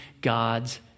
God's